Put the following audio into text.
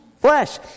Flesh